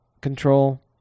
control